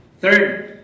Third